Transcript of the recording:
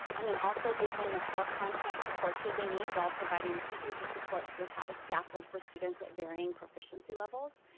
and then also give them the core content supports that they need while providing teachers supports with how to scaffold for students at varying proficiency levels,